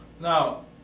Now